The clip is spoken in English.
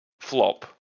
flop